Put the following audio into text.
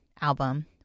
album